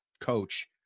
coach